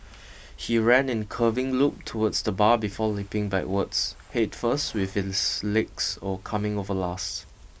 he ran in curving loop towards the bar before leaping backwards head first with his legs coming over last